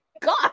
God